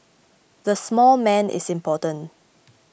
the small man is important